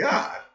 God